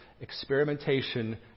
experimentation